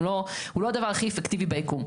הוא לא דבר הכי אפקטיבי ביקום.